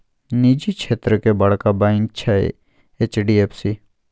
निजी क्षेत्रक बड़का बैंक छै एच.डी.एफ.सी